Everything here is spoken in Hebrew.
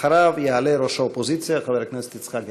אחריו יעלה ראש האופוזיציה, חבר הכנסת יצחק הרצוג.